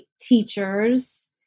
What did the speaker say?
teachers